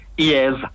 Yes